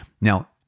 Now